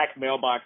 mailbox